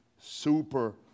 super